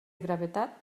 gravetat